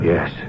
Yes